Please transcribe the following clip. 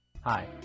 Hi